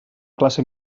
classe